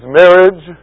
marriage